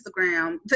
Instagram